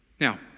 Now